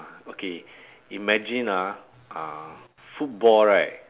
okay imagine ah uh football right